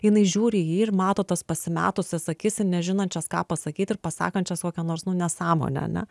jinai žiūri į jį ir mato tas pasimetusias akis ir nežinančias ką pasakyt ir pasakančios kokią nors nu nesąmonę ane